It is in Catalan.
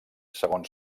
segons